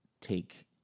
take